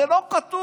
זה לא כתוב,